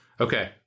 Okay